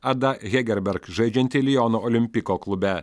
ada hegerberg žaidžiantį liono olimpiko klube